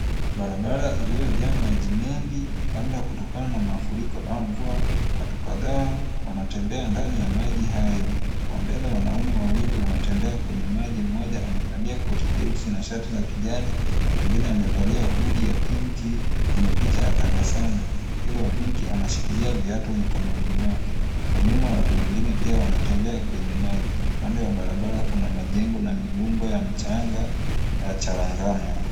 Barabara iliyojaa maji mengi labda kutokana na mafuriko ama mvua. Watu kadhaa wanatembea ndani ya maji hayo. Kwa mbele wanaume wawili wanatembea kwenye maji mmoja amevalia koti jeusi na shati la kijani mwingine amevalia hudi ya pinki yenye picha ya tabasamu. Yule wa pinki anashikilia viatu mikononi mwake. Kwa nyuma watu wengine pia wanatembea kwenye maji. Kando ya barabara kuna majengo na milumbwe ya michanga ya charangamwe.